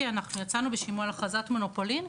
אנחנו יצאנו בשימוע על הכרזת מונופולין,